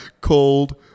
called